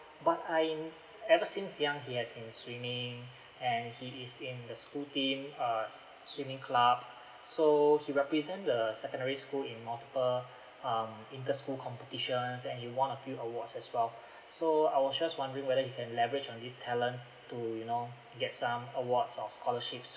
but I'm ever since young he has been swimming and he is in the school team err swimming club so he represent the secondary school in multiple um inter school competitions and he won a few awards as well so I was just wondering whether he can leverage on this talent to you know get some awards or scholarships